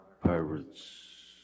pirates